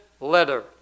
letter